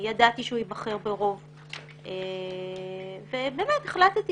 ידעתי שהוא ייבחר ברוב ובאמת החלטתי